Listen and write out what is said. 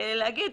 להגיד,